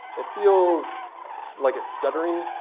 it feels like it's stuttering.